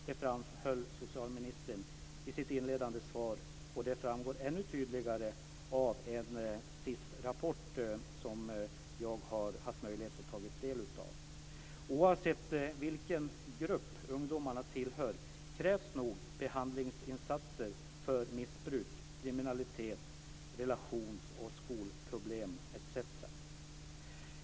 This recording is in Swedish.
Det framhöll socialministern i sitt inledande svar, och det framgår ännu tydligare av en SiS-rapport som jag har haft möjlighet att ta del av. Oavsett vilken grupp ungdomarna tillhör krävs nog behandlingsinsatser för missbruk, kriminalitet, relations och skolproblem, etc.